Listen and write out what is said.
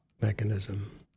Mechanism